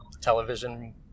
television